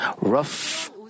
rough